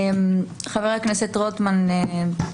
חבר הכנסת רוטמן.